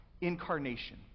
Incarnation